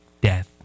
death